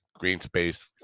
Greenspace